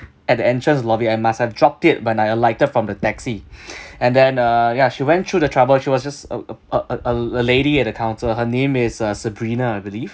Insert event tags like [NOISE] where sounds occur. at the entrance lobby I must have dropped it when I alighted from the taxi [BREATH] and then uh ya she went through the trouble she was just a a a a a lady at the counter her name is uh sabrina I believe